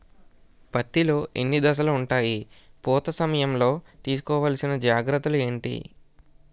పత్తి లో ఎన్ని దశలు ఉంటాయి? పూత సమయం లో తీసుకోవల్సిన జాగ్రత్తలు ఏంటి?